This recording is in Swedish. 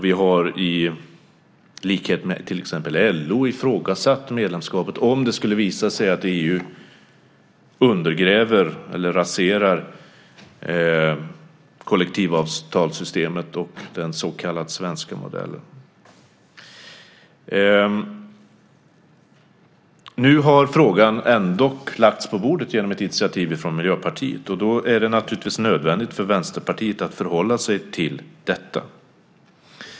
Vi har, i likhet med till exempel LO, ifrågasatt medlemskapet om det skulle visa sig att EU undergräver eller raserar kollektivavtalssystemet och den så kallade svenska modellen. Nu har frågan ändock lagts på bordet genom ett initiativ från Miljöpartiet. Då är det naturligtvis nödvändigt för Vänsterpartiet att förhålla sig till detta.